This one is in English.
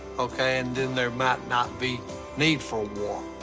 okay, and then there might not be need for war.